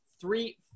three